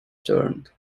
turned